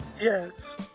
Yes